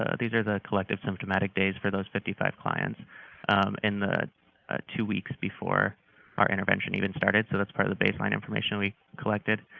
ah these are the collective symptomatic days for those fifty five clients in the two weeks before our intervention even started, so that's part of the baseline information we collected,